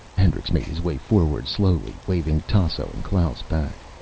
hendricks made his way forward slowly, waving tasso and klaus back.